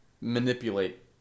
manipulate